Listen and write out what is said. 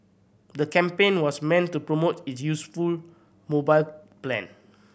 the campaign was meant to promote its youthful mobile plan